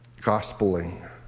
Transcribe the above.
gospeling